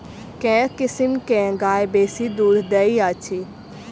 केँ किसिम केँ गाय बेसी दुध दइ अछि?